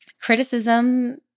criticism